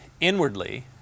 inwardly